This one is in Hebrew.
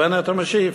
השר בנט משיב.